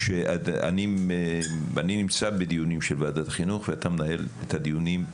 שאני נמצא בדיונים של ועדת החינוך ואתה מנהל את הדיונים,